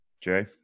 Jay